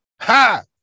ha